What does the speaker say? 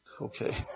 Okay